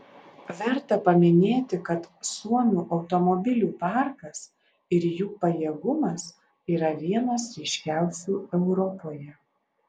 verta paminėti kad suomių automobilių parkas ir jų pajėgumas yra vienas ryškiausių europoje